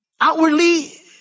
Outwardly